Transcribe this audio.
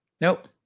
Nope